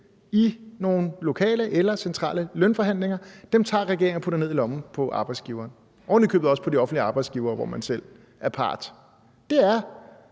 i nogle lokale eller centrale lønforhandlinger. Dem tager regeringen og putter ned i lommen på arbejdsgiveren, ovenikøbet også på de offentlige arbejdsgivere, hvor man selv er part. Det er